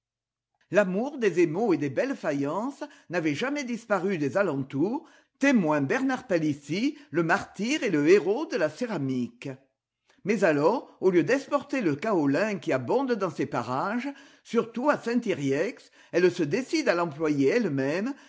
l'amour des émaux et des belles faïences n'avait jamais disparu des alentours témoin bernard palissy le martyr et le héros de la céramique mais alors au lieu d'exporter le kaolin qui abonde dans ces parages surtout à saint yrieix elle se décide à l'employer elle-même